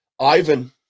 Ivan